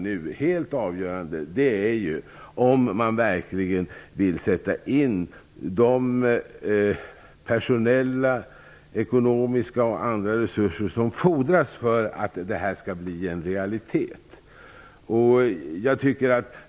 Det helt avgörande är nu om man verkligen vill sätta in de personella, ekonomiska och andra resurser som fordras för att detta skall bli en realitet.